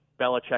Belichick